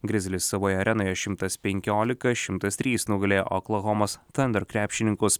grizzlies savoje arenoje šimtas penkiolika šimtas trys nugalėjo oklahomos thunder krepšininkus